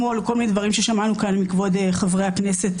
שמאל וכל מיני דברים ששמענו מכאן מכבוד חברי הכנסת,